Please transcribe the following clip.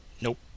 Nope